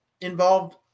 involved